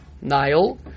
Nile